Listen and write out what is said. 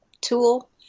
tool